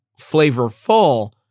flavorful